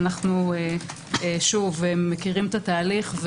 אנחנו מכירים את התהליך,